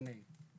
בבקשה.